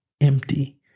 empty